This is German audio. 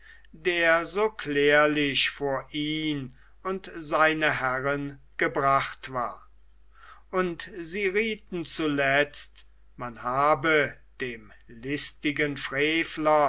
der so klärlich vor ihn und seine herren gebracht war und sie rieten zuletzt man habe dem listigen frevler